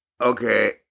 okay